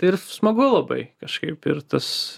tai ir smagu labai kažkaip ir tas